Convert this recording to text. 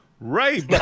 Right